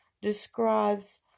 describes